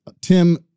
Tim